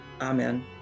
Amen